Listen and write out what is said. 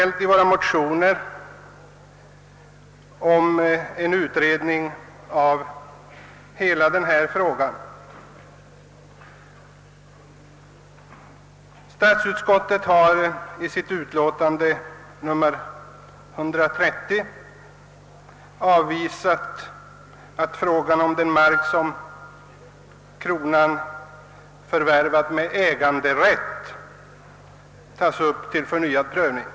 Vi har i våra motioner hemställt om en utredning av hela denna fråga. Statsutskottet har i sitt utlåtande nr 130 avvisat att frågan om den mark som kronan förvärvat med äganderätt tas upp till förnyad prövning.